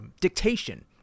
dictation